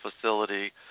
facility